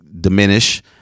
diminish